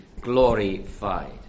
glorified